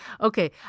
Okay